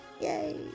Yay